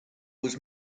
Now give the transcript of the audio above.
was